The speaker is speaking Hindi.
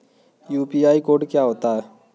यू.पी.आई कोड क्या होता है?